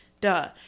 duh